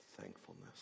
thankfulness